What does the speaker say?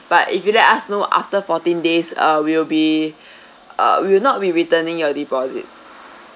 but if you let us know after fourteen days uh we will be uh we will not be returning your deposit